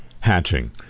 hatching